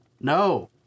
No